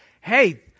hey